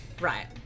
Right